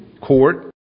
court